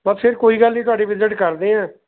ਬਸ ਫਿਰ ਕੋਈ ਗੱਲ ਨਹੀਂ ਤੁਹਾਡੀ ਵਿਜਿਟ ਕਰਦੇ ਹਾਂ